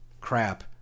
crap